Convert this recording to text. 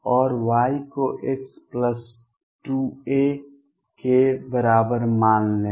और y को x 2 a के बराबर मान लें